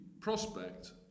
prospect